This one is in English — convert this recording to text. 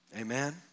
Amen